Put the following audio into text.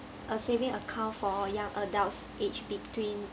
a saving account for young adults aged between